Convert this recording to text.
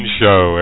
show